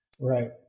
Right